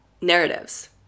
narratives